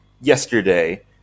yesterday